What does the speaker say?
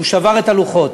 והוא שבר את הלוחות.